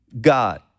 God